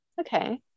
Okay